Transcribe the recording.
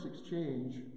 exchange